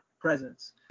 presence